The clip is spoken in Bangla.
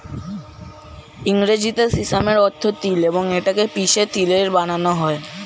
ইংরেজিতে সিসামের অর্থ তিল এবং এটা কে পিষে তিলের তেল বানানো হয়